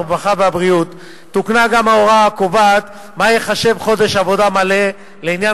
הרווחה והבריאות תוקנה גם ההוראה הקובעת מה ייחשב חודש מלא לעניין